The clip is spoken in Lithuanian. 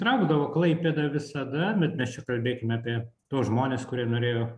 traukdavo klaipėda visada bet mes čia kalbėkime apie tuos žmones kurie norėjo